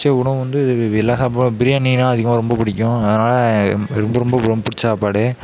பிடிச்ச உணவு வந்து விலஹாபா பிரியாணின்னா அதிகமாக ரொம்ப பிடிக்கும் அதனால் ரொம்ப ரொம்ப ரொம்ப பிடிச்ச சாப்பாடு